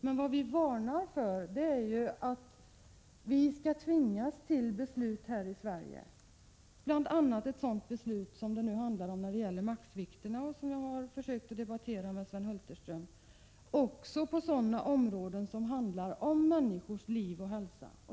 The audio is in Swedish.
Men vad vi varnar för är att vi skall tvingas till beslut här i Sverige — bl.a. ett sådant beslut som beträffande maximivikter och som jag har försökt att debattera med Sven Hulterström — på sådana områden som rör människors liv och hälsa.